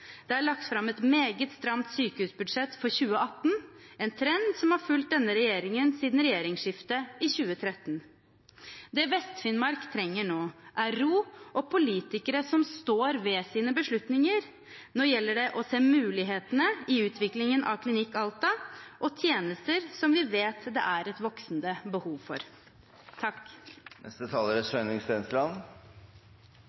Det er lagt fram et meget stramt sykehusbudsjett for 2018, en trend som har fulgt denne regjeringen siden regjeringsskiftet i 2013. Det Vest-Finnmark trenger nå, er ro og politikere som står ved sine beslutninger. Nå gjelder det å se mulighetene i utviklingen av Klinikk Alta og tjenester som vi vet det er et voksende behov for.